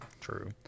True